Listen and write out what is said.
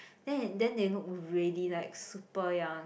then then they look really like super young